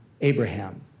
Abraham